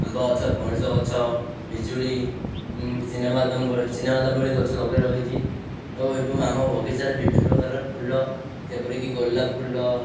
ଆମ୍ବ ଗଛ ପଣସ ଗଛ ପିଜୁଳି ଚିନାବାଦାମ ଚିନାବାଦାମ ଭଳି ଗଛ ଲଗାଇ ରଖିଛି ଓ ଏବଂ ଆମ ବଗିଚାରେ ବିଭିନ୍ନ ପ୍ରକାରର ଫୁଲ ଯେପରିକି ଗୋଲାପ ଫୁଲ